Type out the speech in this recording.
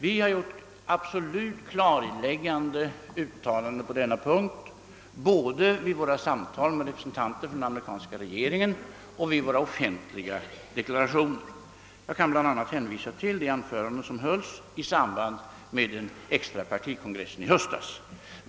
Vi har gjort absolut klarläggande uttalanden på denna punkt både vid våra samtal med representanter för den amerikanska regeringen och vid våra offentliga deklarationer. Jag kan bl.a. hänvisa till de anföranden som hölls i samband med den extra partikongressen i höstas.